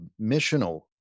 missional